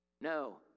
No